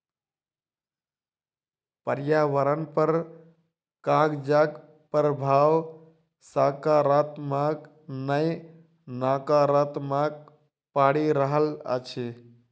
पर्यावरण पर कागजक प्रभाव साकारात्मक नै नाकारात्मक पड़ि रहल अछि